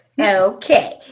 Okay